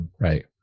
right